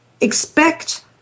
expect